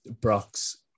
Brock's